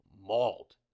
mauled